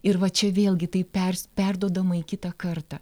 ir va čia vėlgi tai pers perduodama į kitą kartą